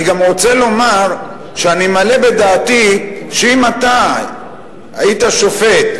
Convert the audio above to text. אני גם רוצה לומר שאני מעלה בדעתי שאם אתה היית שופט,